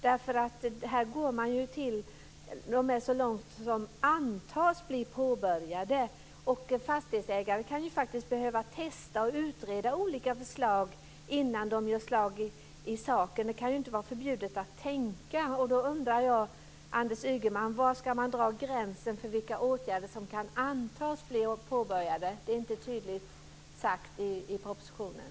Här går man ju t.o.m. så långt att man skriver: "kan antas bli påbörjad". Fastighetsägare kan ju faktiskt behöva testa och utreda olika förslag innan de gör slag i saken. Det kan ju inte vara förbjudet att tänka. Därför undrar jag, Anders Ygeman, var man ska dra gränsen för vilka åtgärder som kan antas bli påbörjade. Det är inte tydligt sagt i propositionen.